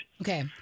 Okay